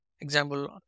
example